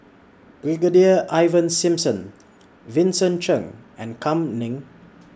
Brigadier Ivan Simson Vincent Cheng and Kam Ning